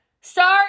start